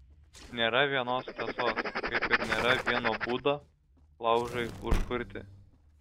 nėra vienos tiesos kaip ir nėra vieno būdo laužui užkurti